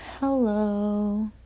hello